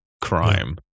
crime